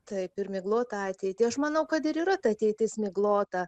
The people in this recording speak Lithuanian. taip ir miglotą ateitį aš manau kad ir yra ta ateitis miglota